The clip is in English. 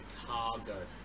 Chicago